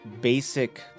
basic